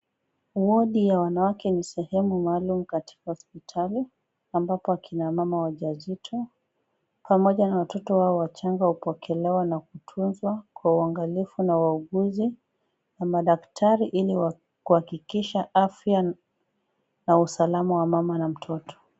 Wadi ya wanawake ni sehemu maalumu katika hospitali ,ambapo akina mama wajawazito pamoja na watoto wao wachanga upokelewa na kutunzwa kwa uangalifu na wauguzi na madaktari ili kuhakikisha afya na usalama ya mama na mtoto.